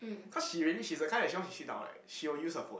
cause she really she's a kind that once she sit down right she will use her phone